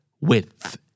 width